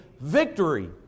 victory